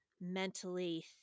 mentally